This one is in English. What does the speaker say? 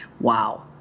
Wow